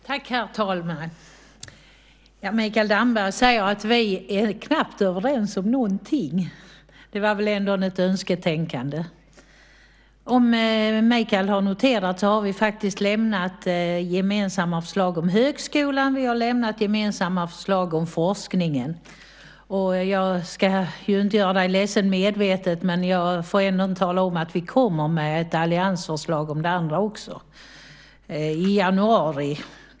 Herr talman! Mikael Damberg säger att vi knappt är överens om någonting. Det var väl ändå ett önsketänkande. Mikael har kanske noterat att vi faktiskt har lämnat gemensamma förslag om högskolan och forskningen. Jag ska inte medvetet göra dig ledsen, men jag vill ändå tala om att vi kommer med ett alliansförslag om det andra också. Det kommer i januari.